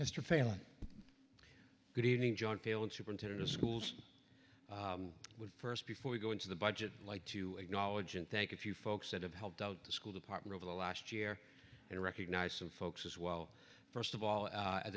mr failing good evening john failing superintendent of schools first before we go into the budget light to acknowledge and thank a few folks that have helped out the school department over the last year and recognize some folks as well first of all